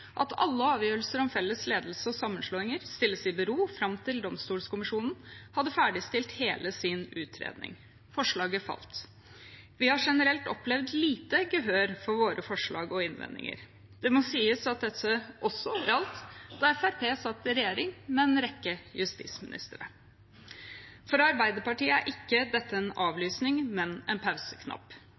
at alle avgjørelser om felles ledelse og sammenslåinger skulle stilles i bero fram til Domstolkommisjonen hadde ferdigstilt hele sin utredning. Forslaget falt. Vi har generelt opplevd lite gehør for våre forslag og innvendinger. Det må sies at dette også gjaldt da Fremskrittspartiet satt i regjering – med en rekke justisministre. For Arbeiderpartiet er ikke dette en avlysning, men en pauseknapp.